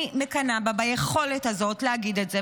אני מקנאה בה ביכולת הזאת להגיד את זה.